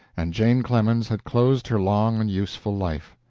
and jane clemens had closed her long and useful life.